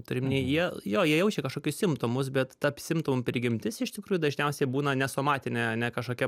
turiu omeny jie jo jie jaučia kažkokius simptomus bet ta simptomų prigimtis iš tikrųjų dažniausiai būna ne somatinė ne kažkokia